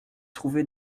trouver